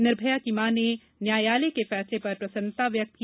निर्भया की मॉ ने न्यायालय के फैसले पर प्रसन्नता व्यक्त की